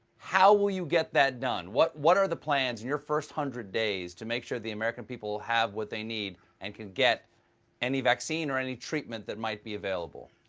how will you get that done? what what are the plans in your first one hundred days to make sure the american people have what they need and can get any vaccine or any treatment that might be available?